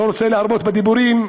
אני לא רוצה להרבות בדיבורים,